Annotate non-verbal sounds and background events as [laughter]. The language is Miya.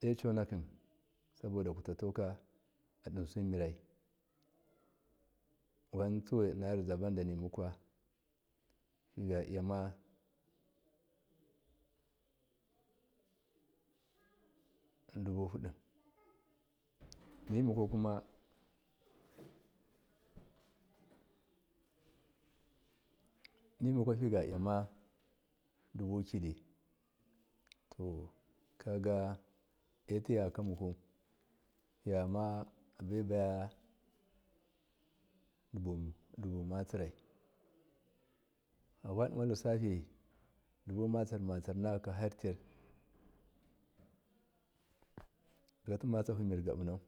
econa suboda kutu toka adinsu mirai wantsuwai inna rizya fiya ma dubu fudi nimukwakuma [noise] ninukwa fagaiya dubu kidi to kaga dotvekamuku yama abebaya dubu matsirai fawadima tissafi dubu matsir matsir nakaka timatsahamirga bunau